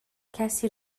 کسی